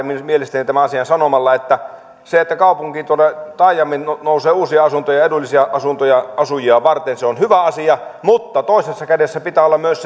asian mielestäni parhaiten että se että kaupunkiin tuonne taajamiin nousee uusia edullisia asuntoja asujia varten on hyvä asia mutta toisessa kädessä pitää olla myös